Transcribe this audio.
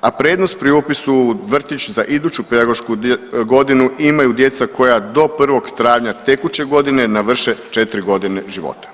a prednost pri upisu u vrtić za iduću pedagošku godinu imaju djeca koja do 1. travnja tekuće godine navrše 4 godine života.